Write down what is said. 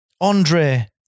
Andre